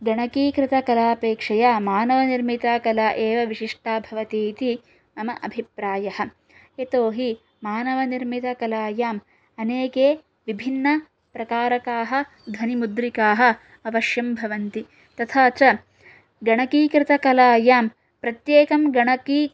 गणकीकृतकलापेक्षया मानवनिर्मिता कला एव विशिष्टा भवति इति मम अभिप्रायः यतोहि मानवनिर्मितकलायाम् अनेके विभिन्नप्रकारकाः ध्वनिमुद्रिकाः अवश्यं भवन्ति तथा च गणकीकृतकलायां प्रत्येकं गणकी